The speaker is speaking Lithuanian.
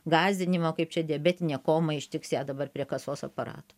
gąsdinimo kaip čia diabetinė koma ištiks ją dabar prie kasos aparatų